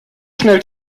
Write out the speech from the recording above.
schnell